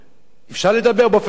אפשר לדבר באופן כללי.